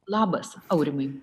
labas aurimai